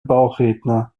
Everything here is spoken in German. bauchredner